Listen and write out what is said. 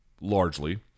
largely